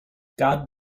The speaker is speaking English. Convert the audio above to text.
god